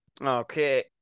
Okay